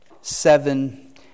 seven